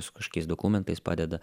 su kašokiais dokumentais padeda